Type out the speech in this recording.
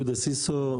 יהודה סיסו,